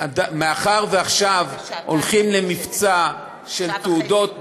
מאחר שעכשיו הולכים למבצע של תעודות ביומטריות,